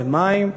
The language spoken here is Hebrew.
במים,